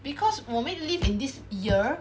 because 我们 live in this year